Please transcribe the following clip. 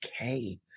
okay